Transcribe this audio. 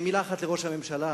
מלה אחת לראש הממשלה,